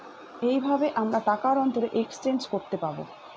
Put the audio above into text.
এইভাবে আমরা টাকার অন্তরে এক্সচেঞ্জ করতে পাবো